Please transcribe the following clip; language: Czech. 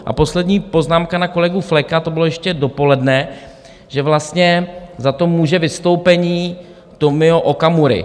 A poslední poznámka na kolegu Fleka, to bylo ještě dopoledne, že vlastně za to může vystoupení Tomia Okamury.